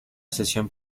sesión